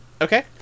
Okay